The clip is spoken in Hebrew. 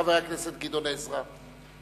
חבר הכנסת גדעון עזרא.